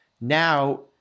now